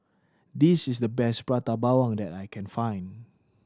this is the best Prata Bawang that I can find